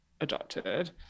adopted